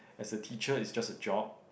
as a teacher is just a job